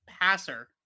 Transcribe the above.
passer